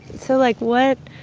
so, like, what's